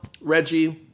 Reggie